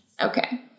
Okay